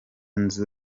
nzu